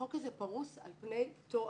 החוק הזה פרוס על פני תואר,